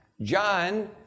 John